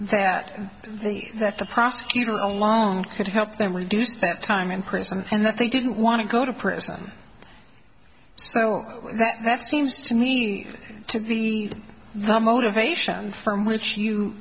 the that the prosecutor alone could help them reduce that time in prison and that they didn't want to go to prison so that seems to me to be the motivation firm which you